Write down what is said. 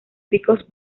picos